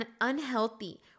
unhealthy